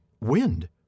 Wind